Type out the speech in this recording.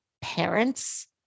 parents